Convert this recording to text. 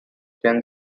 can